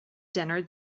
dinner